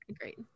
great